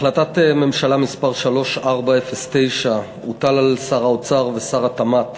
2. בהחלטת ממשלה מס' 3409 הוטל על שר האוצר ושר התמ"ת,